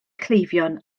cleifion